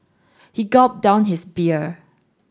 he gulped down his beer